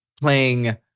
playing